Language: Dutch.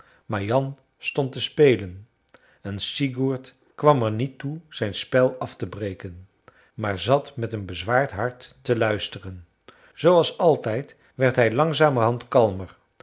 jan stond te spelen en sigurd kwam er niet toe zijn spel af te breken maar zat met een bezwaard hart te luisteren zooals altijd werd hij langzamerhand kalmer